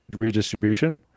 redistribution